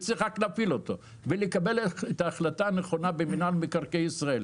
צריך רק להפעיל אותו ולקבל את ההחלטה הנכונה במינהל מקרקעי ישראל.